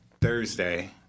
Thursday